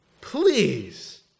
Please